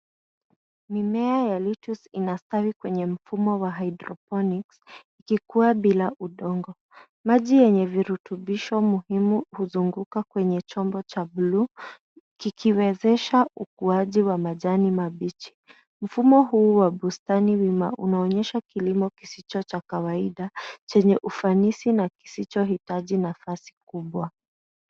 Mimea ya lettuce inastawi kwenye mfumo wa hydroponics ikikuwa bila udongo. Maji yenye virutubisho muhimu huzunguka kwenye chombo cha buluu kikiwezesha ukuaji wa majani mabichi. Mfumo huu wa bustani wima unaonyesha kilimo kisicho cha kawaida chenye ufanisi na kisichohitaji nafasi kubwa.